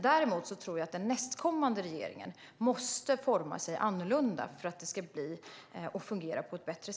Däremot tror jag att den nästkommande regeringen måste forma sig annorlunda för att det ska bli och fungera bättre.